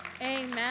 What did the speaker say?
Amen